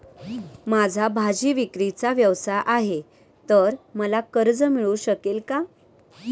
माझा भाजीविक्रीचा व्यवसाय आहे तर मला कर्ज मिळू शकेल का?